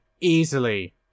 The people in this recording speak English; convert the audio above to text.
easily